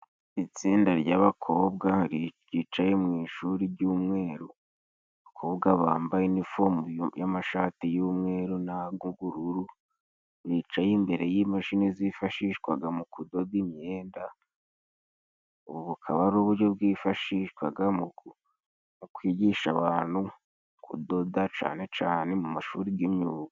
Itsinda ry'abakobwa ryicaye mu ishuri jy'umweru, abakobwa bambaye inifomu y'amashati y'umweru n'ag'ubururu, bicaye imbere y'imashini zifashishwaga mu kudoda imyenda. Ubu bukaba ari uburyo bwifashishwaga mu kwigisha abantu kudoda cane cane mu mashuri g'imyuga.